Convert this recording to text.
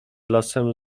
lasem